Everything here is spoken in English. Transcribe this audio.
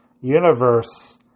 universe